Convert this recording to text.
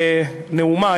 נאומה,